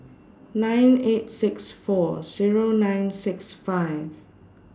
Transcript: nine eight six four Zero nine six five